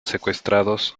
secuestrados